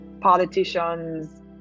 politicians